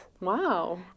Wow